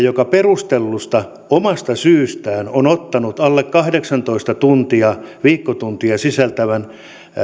joka perustellusta omasta syystään on ottanut alle kahdeksantoista viikkotuntia sisältävän